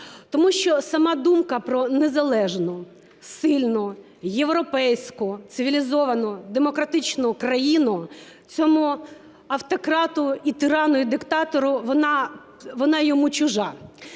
Тому що сама думка про незалежну, сильну, європейську, цивілізовану, демократичну країну цьому автократу і тирану, і диктатору, вона йому чужа.